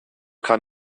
kann